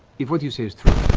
if what you say is true,